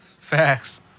Facts